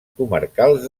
comarcals